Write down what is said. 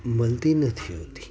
મળતી નથી હોતી